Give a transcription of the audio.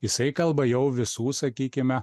jisai kalba jau visų sakykime